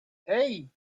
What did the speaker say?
hey